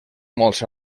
molts